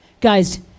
guys